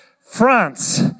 France